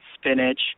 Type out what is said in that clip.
spinach